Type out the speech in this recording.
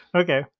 okay